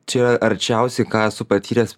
čia arčiausiai ką esu patyręs